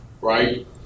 Right